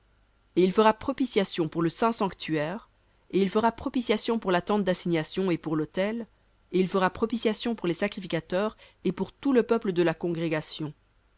et il fera propitiation pour le saint sanctuaire et il fera propitiation pour la tente d'assignation et pour l'autel et il fera propitiation pour les sacrificateurs et pour tout le peuple de la congrégation